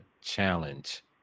challenge